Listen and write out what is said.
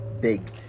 big